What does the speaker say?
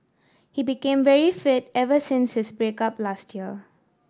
he became very fit ever since his break up last year